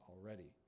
already